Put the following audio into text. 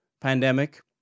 pandemic